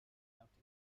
counties